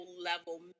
level